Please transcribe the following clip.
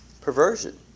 perversion